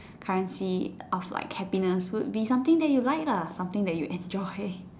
currency of like happiness would be something that you like lah something that you enjoy